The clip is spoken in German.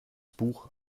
buch